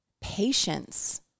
patience